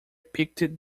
picked